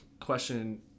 question